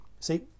See